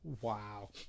Wow